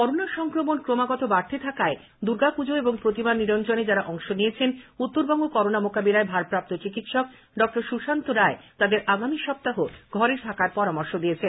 corona সংক্রমণ ক্রমাগত বাড়তে থাকায় দূর্গাপূজা ও প্রতিমা নিরঞ্জনে যারা অংশ নিয়েছেন উত্তরবঙ্গ করোনা মোকাবিলায় ভারপ্রাপ্ত চিকিৎসক ডক্টর সুশান্ত রায় তাদের আগামী সপ্তাহ ঘরে থাকার পরামর্শ দিয়েছেন